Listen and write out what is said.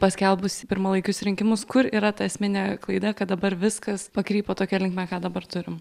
paskelbus pirmalaikius rinkimus kur yra ta esminė klaida kad dabar viskas pakrypo tokia linkme ką dabar turim